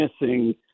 missing